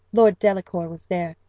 lord delacour was there,